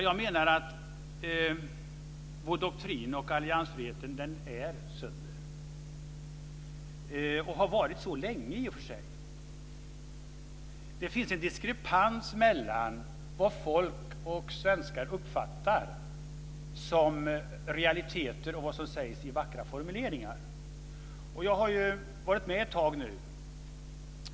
Jag menar att vår doktrin och alliansfriheten är sönder och har varit så länge. Det finns en diskrepans mellan vad folk, svenskar, uppfattar som realiteter och vad som sägs i vackra formuleringar. Jag har varit med ett tag.